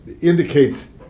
indicates